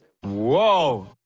Whoa